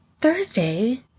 Thursday